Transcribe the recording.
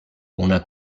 una